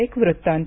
एक वृत्तांत